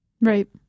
Right